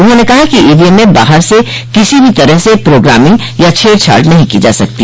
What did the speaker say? उन्होंने कहा कि ईवीएम में बाहर से किसी भी तरह से प्रोग्रामिंग या छेड़छाड़ नहीं की जा सकती